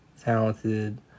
talented